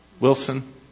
Wilson